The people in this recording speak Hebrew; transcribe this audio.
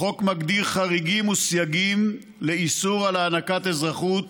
החוק מגדיר חריגים וסייגים לאיסור הענקת אזרחות,